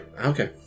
okay